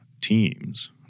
teams